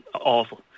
awful